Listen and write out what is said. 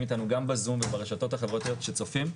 איתנו גם בזום וברשתות החברתיות שצופים.